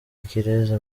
ikirezi